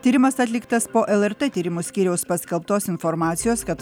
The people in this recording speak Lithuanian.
tyrimas atliktas po lrt tyrimų skyriaus paskelbtos informacijos kad